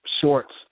shorts